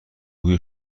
بوی